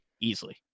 easily